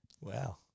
Wow